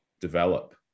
develop